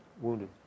wounded